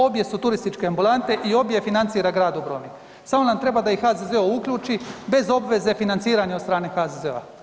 Obje su turističke ambulante i obje financira grad Dubrovnik samo nam treba da ih HZZO uključi bez obveze financiranja od strane HZZO-a.